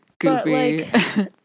goofy